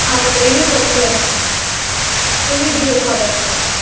اوا تُہۍ یِیو سکوٗلس پٮ۪ٹھ تُلِو بِہِو خۄدایس حوال